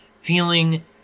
feeling